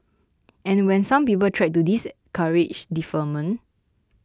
and when some people tried to discourage deferment